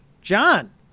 john